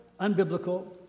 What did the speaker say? unbiblical